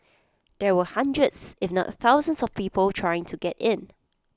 there were hundreds if not thousands of people trying to get in